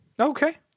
Okay